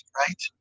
right